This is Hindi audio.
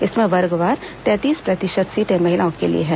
इसमें वर्गवार तैंतीस प्रतिशत सीटें महिलाओं के लिए हैं